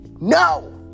No